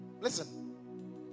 Listen